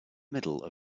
middle